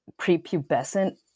prepubescent